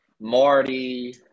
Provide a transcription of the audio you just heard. Marty